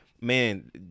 man